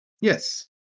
Yes